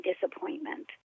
disappointment